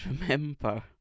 remember